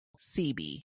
CB